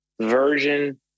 version